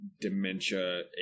dementia